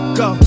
go